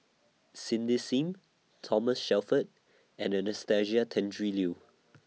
Cindy SIM Thomas Shelford and Anastasia Tjendri Liew